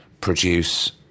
produce